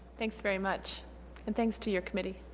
thanks very much and thanks to your committee